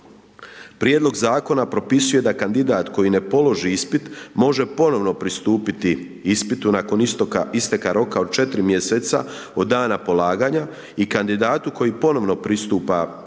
Prijedlog zakona propisuje da kandidat koji ne položi ispit, može ponovno pristupiti ispitu nakon isteka roka od 4 mj. od dana polaganja i kandidatu koji ponovno pristupa